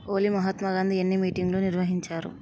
ఓలి మహాత్మా గాంధీ ఎన్ని మీటింగులు నిర్వహించారు